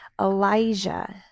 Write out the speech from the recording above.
Elijah